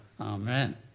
Amen